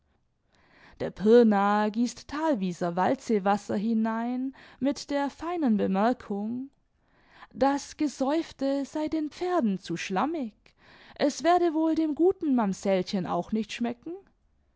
der pirnaer gießt thalwieser waldsee wasser hinein mit der feinen bemerkung das gesäufte sei den pferden zu schlammig es werde wohl dem guten mamsellchen auch nicht schmecken